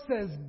says